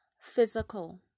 physical